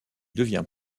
devient